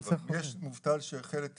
יש מובטל שהחל את